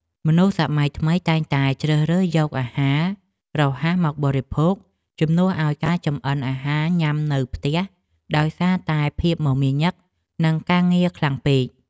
មនុស្សសម័យថ្មីតែងតែជ្រើសរើសយកអាហាររហ័សមកបរិភោគជំនួសឲ្យការចំអិនអាហារញ៉ាំនៅផ្ទះដោយសារតែភាពមមាញឹក នឹងការងារខ្លាំងពេក។